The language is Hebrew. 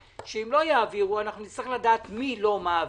שאם לא יעבירו אנחנו נצטרך לדעת מי לא מעביר,